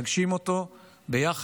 ונגשים אותו ביחד.